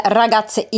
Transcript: ragazze